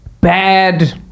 bad